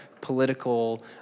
political